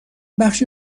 بخشی